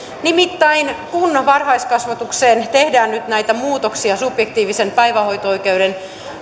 nimittäin kun varhaiskasvatukseen tehdään nyt näitä muutoksia subjektiivisen päivähoito oikeuden